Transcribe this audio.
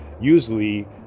usually